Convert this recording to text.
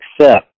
accept